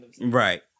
right